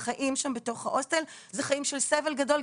החיים שם בתוך ההוסטל זה חיים של סבל גדול,